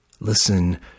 Listen